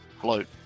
float